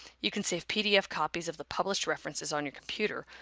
you can save pdf copies of the published references on your computer,